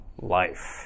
life